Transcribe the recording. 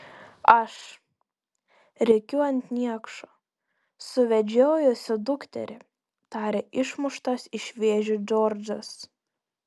aš rėkiu ant niekšo suvedžiojusio dukterį tarė išmuštas iš vėžių džordžas